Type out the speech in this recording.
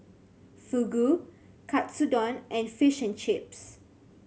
Fugu Katsudon and Fish and Chips